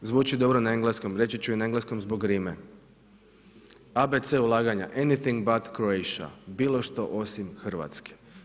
Zvuči dobro na engleskom reći ću i na engleskom zbog rime ABC ulaganja, anything but Croatia, bilo što osim Hrvatske.